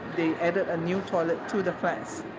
they add a new toilet to the flats.